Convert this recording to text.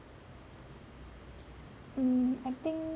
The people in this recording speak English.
mm I think